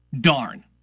Darn